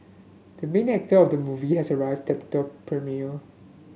the main actor of the movie has arrived at the premiere